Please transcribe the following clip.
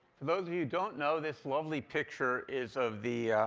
for those who don't know, this lovely picture is of the